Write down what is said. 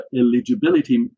eligibility